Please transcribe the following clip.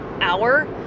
hour